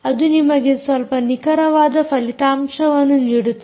ಅದು ನಿಮಗೆ ಸ್ವಲ್ಪ ನಿಖರವಾದ ಫಲಿತಾಂಶವನ್ನು ನೀಡುತ್ತದೆ